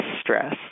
stress